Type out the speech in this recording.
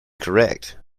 correct